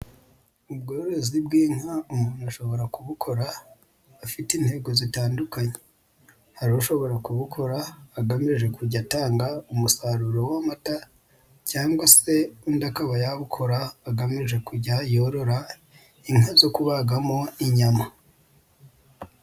Ubworozi bw'inka umuntu ashobora kubukora afite intego zitandukanye, hari ushobora kubukora agamije kujya atanga umusaruro w'amata cyangwa se undi akaba yabukora agamije kujya yorora inka zo kubagamo inyama.